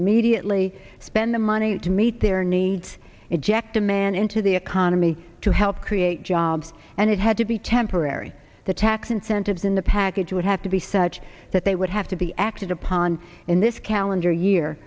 immediately spend the money to meet their needs inject demand into the economy to help create jobs and it had to be temporary the tax incentives in the package would have to be such that they would have to be acted upon in this calendar year